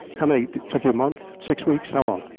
how many? it took you a month, six weeks? how long?